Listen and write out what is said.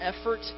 effort